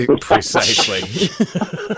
Precisely